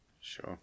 Sure